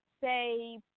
say